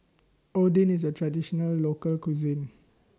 Oden IS A Traditional Local Cuisine